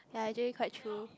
ya actually quite true